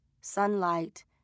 Sunlight